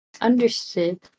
Understood